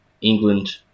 England